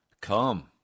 Come